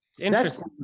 Interesting